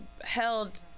held